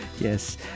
Yes